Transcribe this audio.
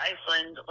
Iceland